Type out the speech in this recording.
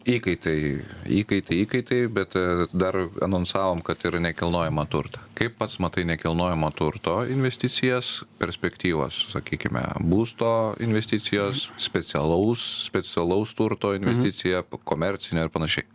įkaitai įkaitai įkaitai bet dar anonsavom kad ir nekilnojamą turtą kaip pats matai nekilnojamo turto investicijas perspektyvas sakykime būsto investicijos specialaus specialaus turto investicija komercinė ir panašiai